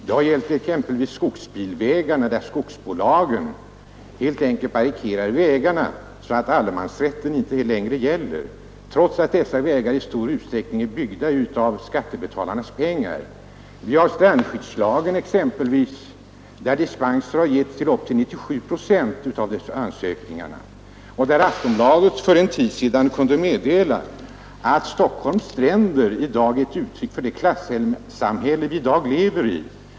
Det har gällt exempelvis skogsbilvägarna, där skogsbolagen helt enkelt barrikaderar vägarna så att allemansrätten inte längre fungerar, trots att dessa vägar i stor utsträckning är byggda med skattebetalarnas pengar. Jag tänker vidare på strandskyddslagen där dispenser har getts på upp till 97 procent av ansökningarna. Aftonbladet kunde för en tid sedan tala om hur Stockholmstraktens stränder i dag är ett uttryck för att det är ett klassamhälle vi lever i.